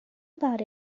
about